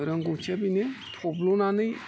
रोंगौथिया बेनो थब्ल'नानै